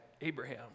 Abraham